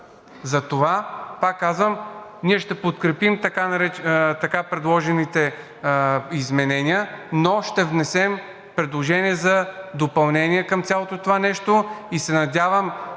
Затова пак казвам: ние ще подкрепим така предложените изменения, но ще внесем предложение за допълнение към цялото това нещо и се надявам